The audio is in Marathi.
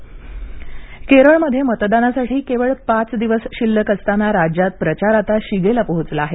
केरळ प्रचार केरळमध्ये मतदानासाठी केवळ पाच दिवस शिल्लक असताना राज्यात प्रचार आता शिगेला पोहोचला आहे